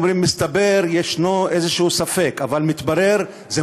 מסתבר ומתברר, יש